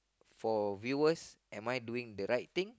for viewers am I doing the right thing